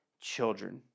children